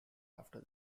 after